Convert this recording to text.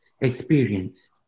experience